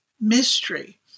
mystery